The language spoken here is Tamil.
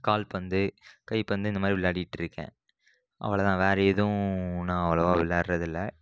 கால்பந்து கைப்பந்து இந்த மாதிரி விளையாடிகிட்டு இருக்கேன் அவ்வளோதா வேறு எதுவும் நான் அவ்வளோவா விளையாடுவது இல்லை